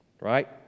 right